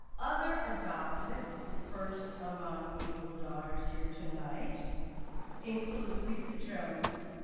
other adopted first among equal daughters here tonight include lisa jones,